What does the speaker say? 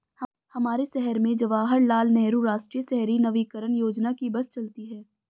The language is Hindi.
हमारे शहर में जवाहर लाल नेहरू राष्ट्रीय शहरी नवीकरण योजना की बस चलती है